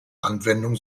anwendung